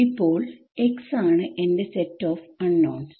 ഇപ്പോൾ x ആണ് എന്റെ സെറ്റ് ഓഫ് അണ്നോൺസ്